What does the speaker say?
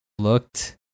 Looked